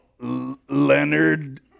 Leonard